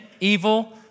evil